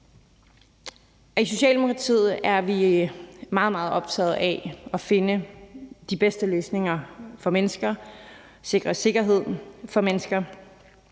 I Socialdemokratiet er vi meget, meget optaget af at finde de bedste løsninger for mennesker, sikre sikkerhed for mennesker.